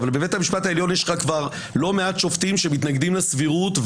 אבל בבית המשפט העליון יש לך כבר לא מעט שופטים שמתנגדים לסבירות,